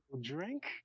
drink